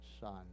son